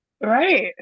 Right